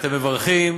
שאתם מברכים